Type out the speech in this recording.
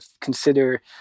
consider